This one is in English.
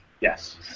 Yes